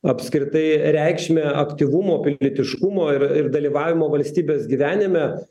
apskritai reikšmę aktyvumo pilietiškumo ir ir dalyvavimo valstybės gyvenime